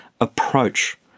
approach